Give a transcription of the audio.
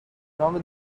نام